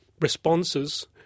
responses